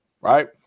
Right